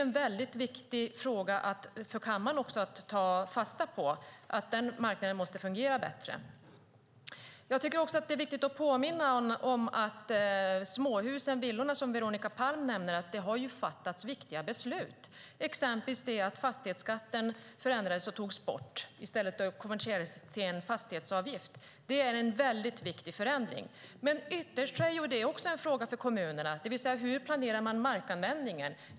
En väldigt viktig fråga för kammaren att ta fasta på är att den marknaden måste fungera bättre. Jag vill gärna påminna om att det har fattats viktiga beslut när det gäller småhusen och villorna, som Veronica Palm nämner. Det var exempelvis att fastighetsskatten förändrades och togs bort och det i stället blev en kommunal fastighetsavgift. Det är en väldigt viktig förändring. Ytterst är det också en fråga för kommunerna, det vill säga hur man planerar markanvändningen.